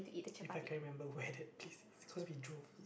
if I can remember where's that place cause we drove